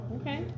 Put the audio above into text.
Okay